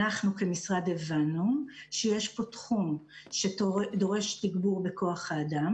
אנחנו כמשרד הבנו שיש כאן תחום שדורש תגבור בכוח אדם